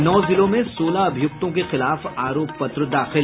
नौ जिलों में सोलह अभियुक्तों के खिलाफ आरोप पत्र दाखिल